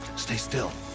stay still!